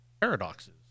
paradoxes